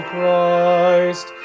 Christ